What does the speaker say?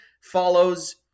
follows